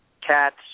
cats